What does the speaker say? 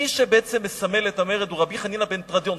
מי שבעצם מסמל את המרד הוא רבי חנינא בן תרדיון,